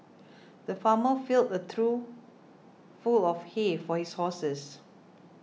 the farmer filled a trough full of hay for his horses